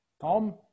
Tom